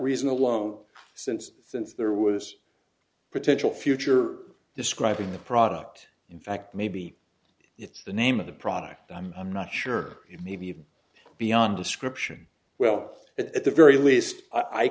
reason alone since since there was a potential future describing the product in fact maybe if the name of the product i'm i'm not sure it may be beyond description well at the very least i